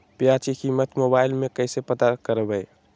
प्याज की कीमत मोबाइल में कैसे पता करबै?